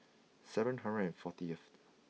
seven hundred fortyth